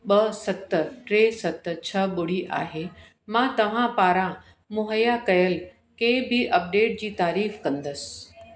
ॿ सत टे सत छह ॿुड़ी आहे मां तव्हां पारां मुहैया कयल कंहिं बि अपडेट जी तारीफ़ु कंदसि